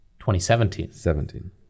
2017